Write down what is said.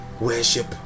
Worship